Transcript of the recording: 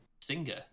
singer